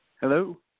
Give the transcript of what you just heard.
Hello